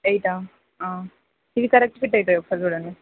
ఎయిటా ఇది correct fit అవుతాయి ఒకసారి చూడండి